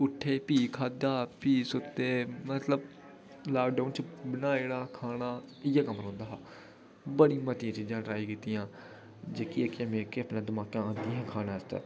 उट्ठे भई खाद्धा भी सुत्ते मतलब लॉकडाउन बनाया छड़ा खाना ते भी इ'यै रौहंदा हा बड़ी मतियां चीज़ां ट्राई कीतियां जेह्की अपने दमाकै आंदी ही खानै आस्तै